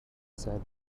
said